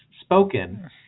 spoken